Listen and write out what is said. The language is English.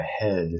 ahead